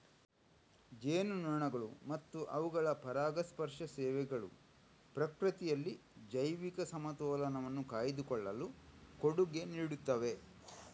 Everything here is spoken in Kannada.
ಜೇನುನೊಣಗಳು ಮತ್ತು ಅವುಗಳ ಪರಾಗಸ್ಪರ್ಶ ಸೇವೆಗಳು ಪ್ರಕೃತಿಯಲ್ಲಿ ಜೈವಿಕ ಸಮತೋಲನವನ್ನು ಕಾಯ್ದುಕೊಳ್ಳಲು ಕೊಡುಗೆ ನೀಡುತ್ತವೆ